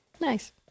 Nice